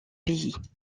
pays